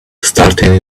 starting